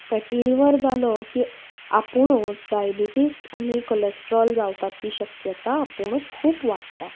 fatty liver जालो की आपुणूच डायबिटीस आनी कोलेस्ट्रॉल जावपाची शक्यता आपुणूच खूब वाडटा